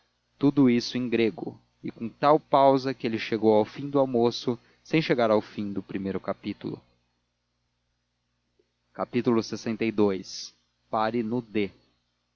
tudo isto em grego e com tal pausa que ele chegou ao fim do almoço sem chegar ao fim do primeiro capítulo lxii pare no d